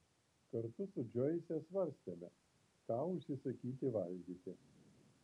kartu su džoise svarstėme ką užsisakyti valgyti